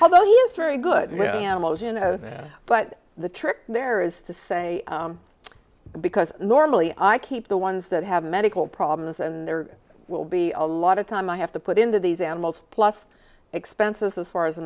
use very good animals you know but the trick there is to say because normally i keep the ones that have medical problems and there will be a lot of time i have to put into these animals plus expenses as far as